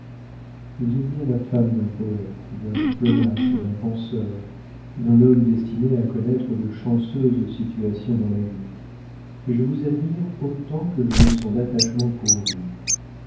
vous êtes bien la femme d'un poëte d'un diplomate d'un penseur d'un homme destiné à connaître de chanceuses situations dans la vie et je vous admire autant que je me sens d'attachement pour vous